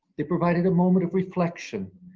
they provided a moment of reflection,